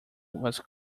was